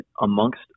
amongst